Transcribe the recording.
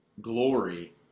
glory